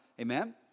Amen